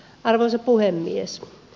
arvoisa puhemies